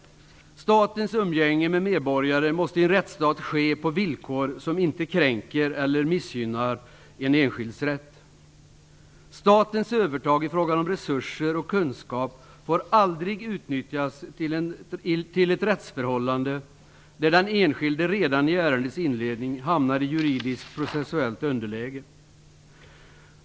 Statens umgänge med medborgarna måste i en rättsstat ske på villkor som inte kränker eller missgynnar den enskildes rätt. Statens övertag i fråga om resurser och kunskap får aldrig utnyttjas till ett rättsförhållande där den enskilde redan i ärendets inledning hamnar i juridiskt procentuellt underläge.